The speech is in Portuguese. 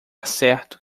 certo